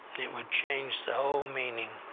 it would change the whole meaning,